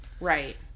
right